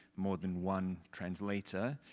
more than one translator?